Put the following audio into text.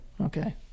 Okay